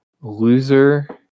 loser